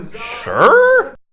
sure